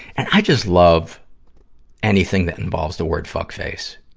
and i just love anything that involves the word fuckface.